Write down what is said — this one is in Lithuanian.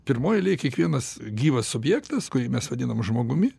pirmoj eilėj kiekvienas gyvas subjektas kurį mes vadinam žmogumi